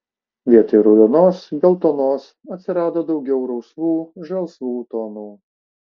vietoj raudonos geltonos atsirado daugiau rusvų žalsvų tonų